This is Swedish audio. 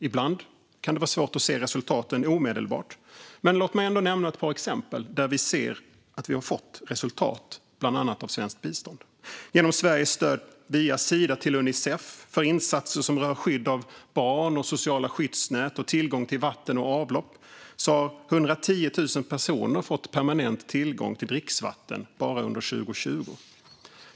Ibland kan det vara svårt att se resultaten omedelbart, men låt mig nämna ett par exempel där vi ser att vi har fått resultat bland annat genom svenskt bistånd. Genom Sveriges stöd via Sida till Unicef för insatser som rör skydd av barn, sociala skyddsnät och tillgång till vatten och avlopp har 110 000 personer fått permanent tillgång till dricksvatten bara under 2020.